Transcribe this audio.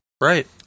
Right